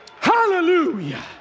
Hallelujah